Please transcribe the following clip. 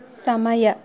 ಸಮಯ